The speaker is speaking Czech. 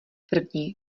první